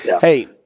Hey